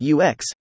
UX